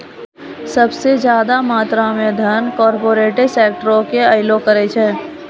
सभ से ज्यादा मात्रा मे धन कार्पोरेटे सेक्टरो से अयलो करे छै